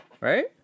right